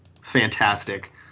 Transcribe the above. fantastic